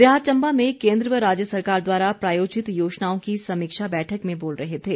वे आज चम्बा में केन्द्र व राज्य सरकार द्वारा प्रायोजित योजनाओं की समीक्षा बैठक में बोल रहे थे